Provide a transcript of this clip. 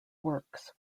works